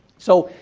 so,